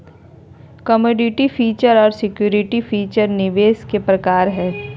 commodity feature आर security feature निवेश के प्रकार हय